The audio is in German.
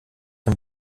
dem